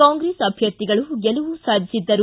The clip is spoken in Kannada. ಕಾಂಗ್ರೆಸ್ ಅಭ್ದರ್ಥಿಗಳು ಗೆಲುವು ಸಾಧಿಸಿದ್ದರು